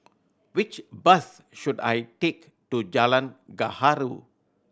which bus should I take to Jalan Gaharu